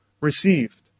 received